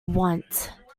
want